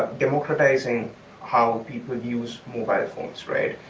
democratizing how people use mobile phones, right?